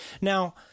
Now